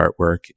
artwork